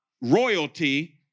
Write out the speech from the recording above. royalty